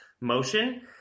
motion